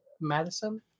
Madison